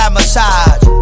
massage